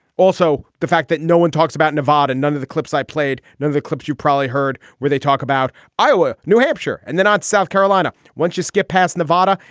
also, the fact that no one talks about nevada and none of the clips i played, the clips you probably heard where they talk about iowa, new hampshire and then not south carolina. once you skip past nevada,